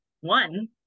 one